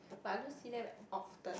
but I don't see them often